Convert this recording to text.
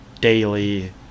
daily